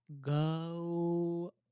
go